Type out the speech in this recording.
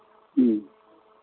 ह्म्म